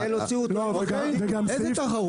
איזה תחרות?